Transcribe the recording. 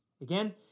Again